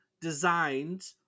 designed